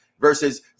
versus